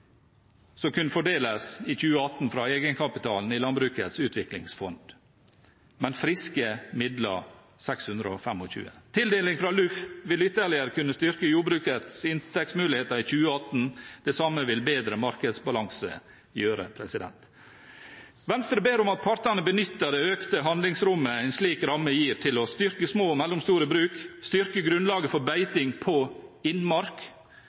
som kan fordeles i 2018 fra egenkapitalen i Landbrukets utviklingsfond, men altså 625 mill. kr i friske midler. Tildeling fra LUF vil ytterligere kunne styrke jordbrukets inntektsmuligheter i 2018, og det samme vil bedre markedsbalanse gjøre. Venstre ber om at partene benytter det økte handlingsrommet en slik ramme gir, til å styrke små og mellomstore bruk, styrke grunnlaget for beiting på innmark,